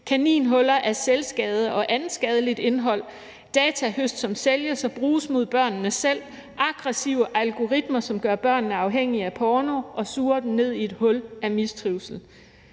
kaninhuller af selvskade og andet skadeligt indhold, datahøst, som sælges og bruges mod børnene selv, og aggressive algoritmer, som gør børnene afhængige af porno og suger dem ned i et hul af mistrivsel.